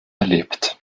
erlebt